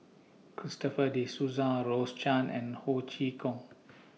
Christopher De Souza Rose Chan and Ho Chee Kong